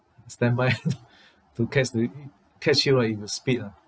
standby to catch the catch you uh in a speed ah